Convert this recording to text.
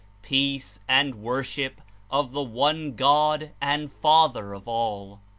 peace and wor ship of the one god and father of all.